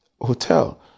hotel